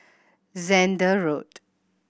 Zehnder Road